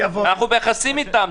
אנחנו ביחסים אתן.